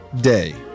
Day